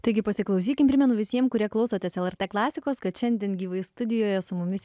taigi pasiklausykime primenu visiems kurie klausotės lrt klasikos kad šiandien gyvai studijoje su mumis